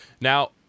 Now